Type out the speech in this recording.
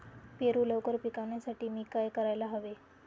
पेरू लवकर पिकवण्यासाठी मी काय करायला हवे?